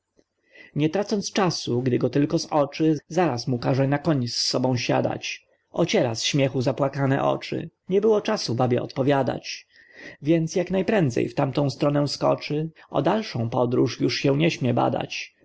nie tracąc czasu gdy go tylko zoczy zaraz mu każe na koń z sobą siadać ociera z śmiechu zapłakane oczy nie było czasu babie odpowiadać więc jak najprędzej w tamtą stronę skoczy o dalszą podróż już się nie śmie badać